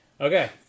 Okay